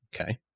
Okay